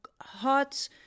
hot